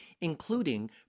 including